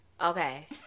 okay